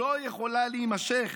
לא יכולה להימשך.